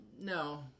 No